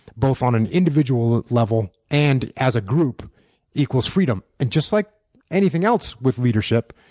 both on an individual level and as a group equals freedom. and just like anything else with leadership,